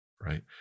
right